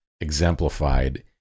exemplified